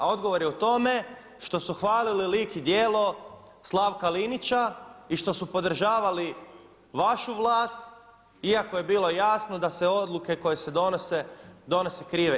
A odgovor je u tome što su hvalili lik i djelo Slavka Linića i što su podržavali vašu vlast iako je bilo jasno da se odluke koje se donose, donose krive.